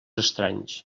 estranys